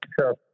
Sure